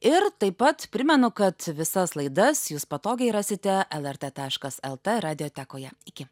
ir taip pat primenu kad visas laidas jūs patogiai rasite lrt taškas lt radiotekoje iki